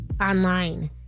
online